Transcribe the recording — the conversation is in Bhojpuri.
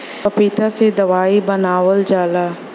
पपीता से दवाई बनावल जाला